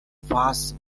fast